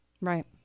Right